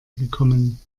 gekommen